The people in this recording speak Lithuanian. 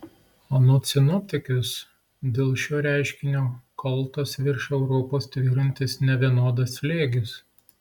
anot sinoptikės dėl šio reiškinio kaltas virš europos tvyrantis nevienodas slėgis